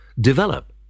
develop